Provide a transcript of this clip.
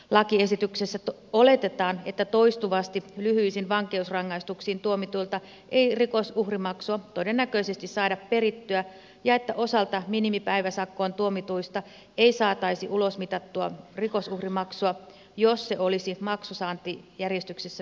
lakiesityksessä oletetaan että toistuvasti lyhyisiin vankeusrangaistuksiin tuomituilta ei rikosuhrimaksua todennäköisesti saada perittyä ja että osalta minimipäivä sakkoon tuomituista ei saataisi ulosmitattua ri kosuhrimaksua jos se olisi maksunsaantijärjestyksessä viimesijainen